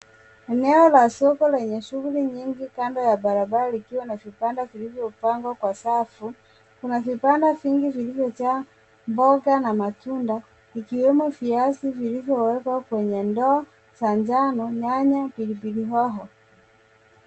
Eneo la soko lenye shughuli nyingi kando ya barabara likiwa na vibanda vilivyopangwa kwa safu. Kuna vibanda vingi vilivyojaa mboga na matunda vikiwemo viazi vilivyowekwa kwenye ndoo za njano, nyanya, pilipili hoho.